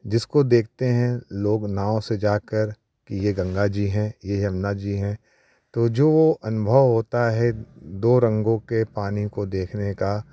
जिसको देखते हैं लोग नाव से जा कर कि यह गंगा जी हैं यह यमुना जी है तो जो वह अनुभव होता है दो रंगों के पानी को देखने का